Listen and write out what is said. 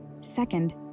Second